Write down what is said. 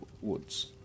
woods